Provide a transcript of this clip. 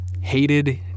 hated